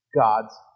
God's